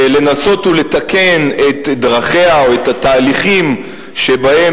ולנסות ולתקן את דרכיה או את התהליכים שבהם